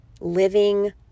living